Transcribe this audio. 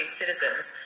citizens